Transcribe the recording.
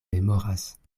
memoras